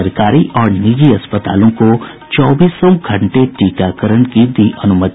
सरकारी और निजी अस्पतालों को चौबीस घंटे टीकाकरण की दी अनुमति